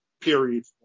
period